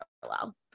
parallel